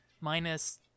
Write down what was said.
minus